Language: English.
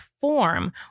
form